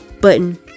button